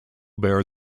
bear